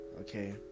okay